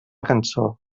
cançó